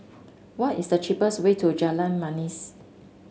what is the cheapest way to Jalan Manis